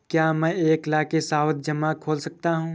क्या मैं एक लाख का सावधि जमा खोल सकता हूँ?